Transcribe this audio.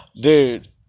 dude